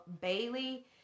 Bailey